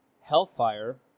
Hellfire